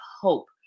hope